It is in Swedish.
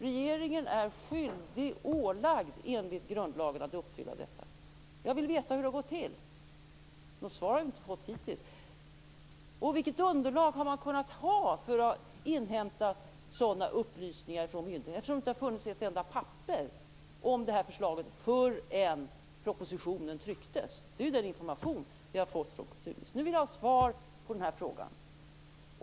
Regeringen är ålagd enligt grundlagen att uppfylla detta. Jag vill veta hur det har gått till, men hittills har jag inte fått något svar. Vilket underlag hade man för att kunna inhämta sådana upplysningar från myndigheterna? Jag tror inte det fanns ett enda papper om det här förslaget förrän propositionen trycktes. Det är den information som vi har fått från kulturministern. Nu vill jag ha svar på den frågan.